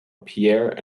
pierre